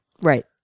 Right